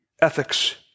ethics